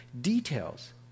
details